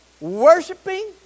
worshiping